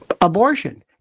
abortion